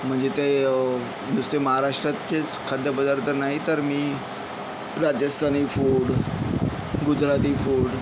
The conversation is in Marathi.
म्हणजे ते नुसते महाराष्ट्राचेच खाद्यपदार्थ नाही तर मी राजस्थानी फूड गुजराथी फूड